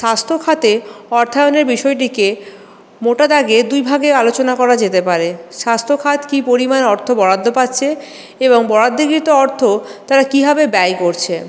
স্বাস্থ্যখাতে অর্থায়নের বিষয়টিকে মোটা দাগে দুই ভাগে আলোচনা করা যেতে পারে স্বাস্থ্যখাত কি পরিমাণ অর্থ বরাদ্দ পাচ্ছে এবং বরাদ্দকৃত অর্থ তারা কি ভাবে ব্যয় করছে